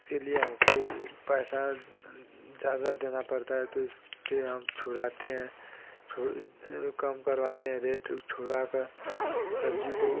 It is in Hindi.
इसके लिए हमको पैसा ज़्यादा देना पड़ता है तो इससे हम छुड़ाते हैं छोड़ कम करवाते हैं रेट और छुड़वाकर सब्ज़ी को